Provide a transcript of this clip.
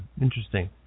Interesting